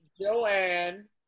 Joanne